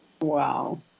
Wow